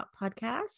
podcast